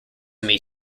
meet